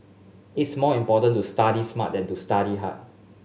it's more important to study smart than to study hard